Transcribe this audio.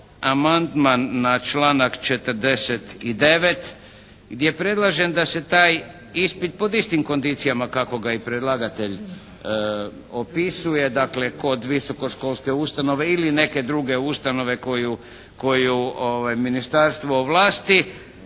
amandman na članak 49. gdje predlažem da se taj ispit pod istim kondicijama kako ga i predlagatelj opisuje, dakle kod visokoškolske ustanove ili neke druge ustanove koju ministarstvo ovlasti,